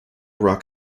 rock